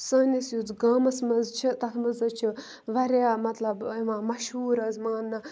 سٲنِس یُس گامَس منٛز چھِ تَتھ منٛز حظ چھِ واریاہ مَطلب یِوان مَشہوٗر حظ مانٛنہٕ